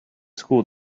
school